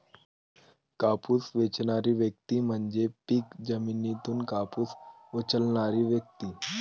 कापूस वेचणारी व्यक्ती म्हणजे पीक जमिनीतून कापूस उचलणारी व्यक्ती